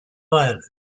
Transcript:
ireland